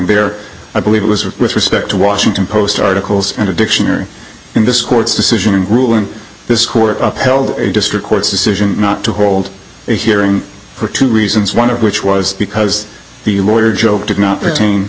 there i believe it was with respect to washington post articles and a dictionary in this court's decision rule in this court upheld a district court's decision not to hold a hearing for two reasons one of which was because the lawyer job did not p